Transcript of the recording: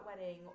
wedding